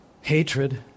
Hatred